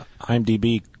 IMDB